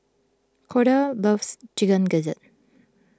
Corda loves Chicken Gizzard